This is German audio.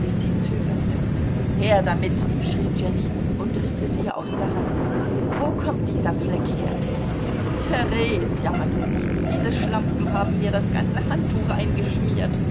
güssy zögerte her damit schrie jenny und riß es ihr aus der hand wo kommt dieser fleck her theres jammerte sie diese schlampen haben mir das ganze handtuch eingeschmiert